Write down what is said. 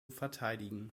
verteidigen